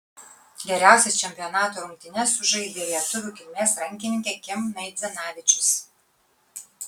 geriausias čempionato rungtynes sužaidė lietuvių kilmės rankininkė kim naidzinavičius